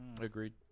Agreed